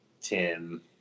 Tim